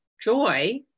joy